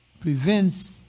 prevents